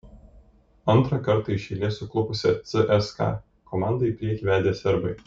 antrą kartą iš eilės suklupusią cska komandą į priekį vedė serbai